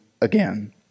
again